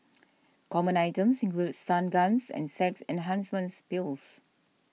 common items included stun guns and sex enhancements pills